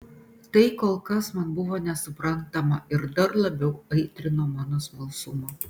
tai kol kas man buvo nesuprantama ir dar labiau aitrino mano smalsumą